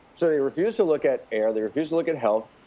so they refused to look at air. they refused to look at health.